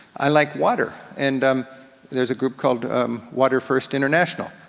i like water, and um there's a group called um water first international.